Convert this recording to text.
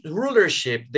rulership